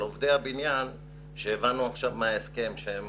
ההגנה על עובדי הבניין שהבנו עכשיו מההסכם שהם